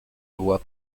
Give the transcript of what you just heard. voie